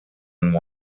one